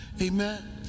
amen